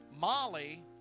Molly